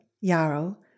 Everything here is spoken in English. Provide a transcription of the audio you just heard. yarrow